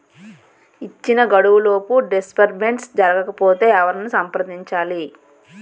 ఇచ్చిన గడువులోపు డిస్బర్స్మెంట్ జరగకపోతే ఎవరిని సంప్రదించాలి?